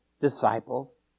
disciples